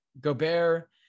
Gobert